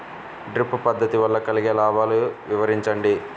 Drip పద్దతి వల్ల కలిగే లాభాలు వివరించండి?